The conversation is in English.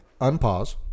Unpause